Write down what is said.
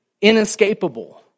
inescapable